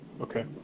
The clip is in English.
Okay